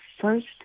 first